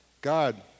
God